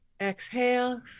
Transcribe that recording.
Exhale